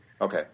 okay